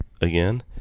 again